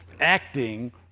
acting